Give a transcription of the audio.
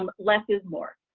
um less is more.